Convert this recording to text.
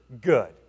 good